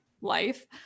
life